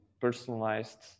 personalized